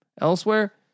elsewhere